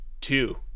two